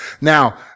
Now